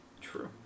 True